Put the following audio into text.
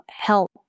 help